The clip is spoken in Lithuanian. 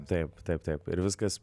taip taip taip ir viskas